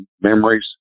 memories